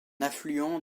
affluent